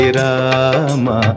rama